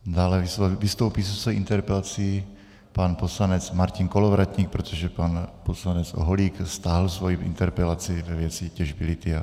Dále vystoupí se svojí interpelací pan poslanec Martin Kolovratník, protože pan poslanec Holík stáhl svoji interpelaci ve věci těžby lithia.